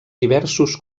diversos